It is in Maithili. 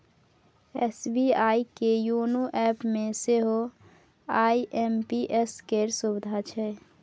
एस.बी.आई के योनो एपमे सेहो आई.एम.पी.एस केर सुविधा छै